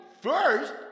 first